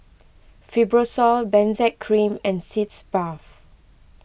Fibrosol Benzac Cream and Sitz Bath